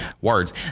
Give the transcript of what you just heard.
words